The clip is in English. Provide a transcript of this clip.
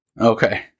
Okay